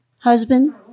Husband